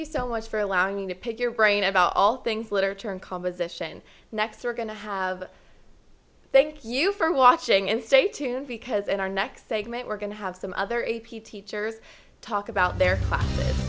you so much for allowing me to pick your brain about all things literature and composition next we're going to have thank you for watching and stay tuned because in our next segment we're going to have some other a p teachers talk about the